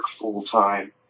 full-time